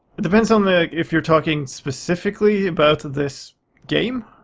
it depends on if you're talking specifically about this game,